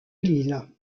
lille